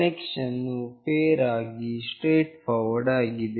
connection ವು fair ಆಗಿ straightforward ಆಗಿದೆ